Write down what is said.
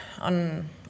on